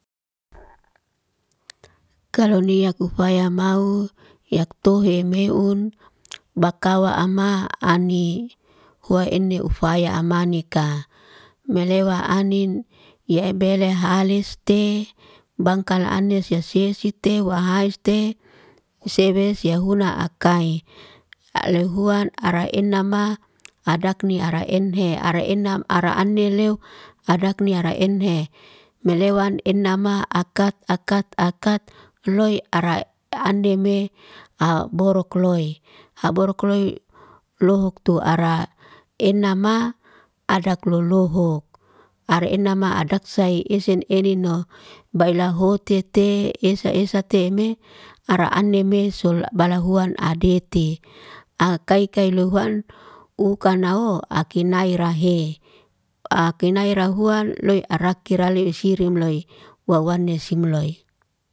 Kalo niak ufaya mau, yaak tohe meun, bakawa ama ani huaene ufaya amanika. Melewa anin yebelehalis te bangkal anis siasis site wahaiste usewe swahuna akai. Leahuan ara ena ma, adakni ara enhe, ara ena, ara ane leu, adakni ara enhe, melewan enama akat akat akat loy ara aneme aborokloy. Aborokloy lohoktu ara enama adaklolohok, ara enama adaksai esen ene no. Bailaho tete esa esa teme ara aneme, sol balahuan adete. Akai kai luhuan ukana'o akin nai rahe. Akenai rahuan loy arake rale sirium loy, wawane sim loy.